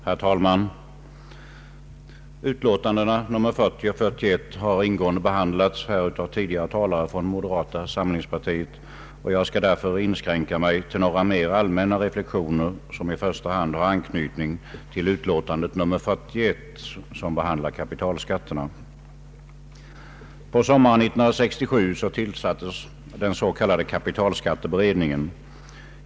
Herr talman! Betänkandena nr 40 och 41 har ingående behandlats här av tidigare talare från moderata samlingspartiet. Jag skall därför inskränka mig till några mer allmänna reflexioner, som i första hand har anknytning till betänkandet nr 41 som behandlar kapitalskatterna. På sommaren 1967 tillsattes den s.k. kapitalskatteberedningen.